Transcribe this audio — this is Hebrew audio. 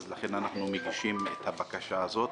ולכן אנחנו מגישים את הבקשה הזאת.